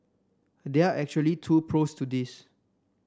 there are actually two pros to this